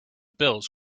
bills